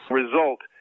result